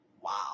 Wow